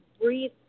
breathe